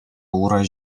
ура